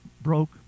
broke